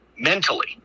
Mentally